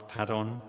Padon